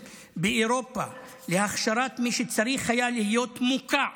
באירופה להכשרת מי שצריך היה להיות מוקע,